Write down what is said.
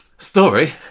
Story